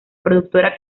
productora